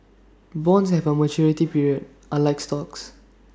bonds have A maturity period unlike stocks